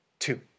Two